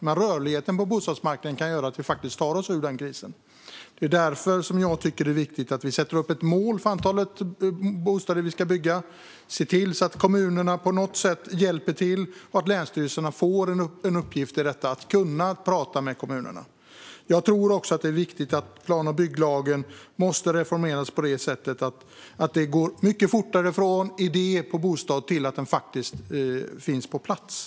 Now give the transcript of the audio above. Men rörligheten på bostadsmarknaden kan göra att vi faktiskt tar oss ur denna kris. Det är därför som jag tycker att det är viktigt att vi sätter upp ett mål för det antal bostäder som vi ska bygga, att vi ser till att kommunerna på något sätt hjälper till och att länsstyrelserna får en uppgift i att tala med kommunerna. Jag tror också att det är viktigt att plan och bygglagen reformeras på ett sådant sätt att det går mycket fortare från idé till att bostaden faktiskt finns på plats.